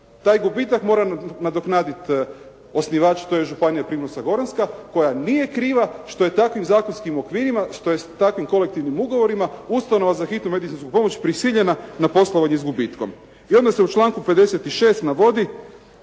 Taj gubitak mora nadoknaditi osnivač tj. Županija primorsko-goranska koja nije kriva što je takvim zakonskim okvirima, što je s takvim kolektivnim ugovorima Ustanova za hitnu medicinsku pomoć prisiljena na poslovanje s gubitkom i onda se u članku 56. navodi,